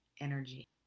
energy